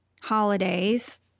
holidays